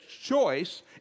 choice